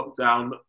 lockdown